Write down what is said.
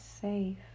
safe